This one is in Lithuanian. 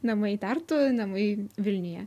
namai tartu namai vilniuje